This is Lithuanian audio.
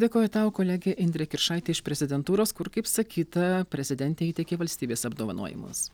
dėkoju tau kolegė indrė kiršaitė iš prezidentūros kur kaip sakyta prezidentė įteikė valstybės apdovanojimus